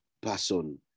person